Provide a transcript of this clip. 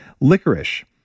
Licorice